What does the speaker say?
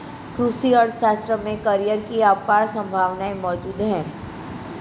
कृषि अर्थशास्त्र में करियर की अपार संभावनाएं मौजूद है